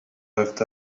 lived